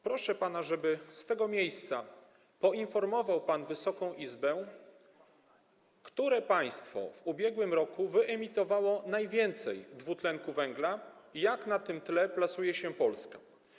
Proszę pana, żeby z tego miejsca poinformował pan Wysoką Izbę, które państwo w ubiegłym roku wyemitowało najwięcej dwutlenku węgla i jak na tym tle wygląda Polska.